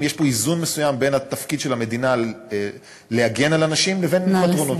יש פה איזון מסוים בין התפקיד של המדינה להגן על אנשים לבין פתרונות,